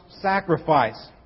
sacrifice